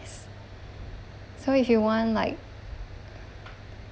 so if you want like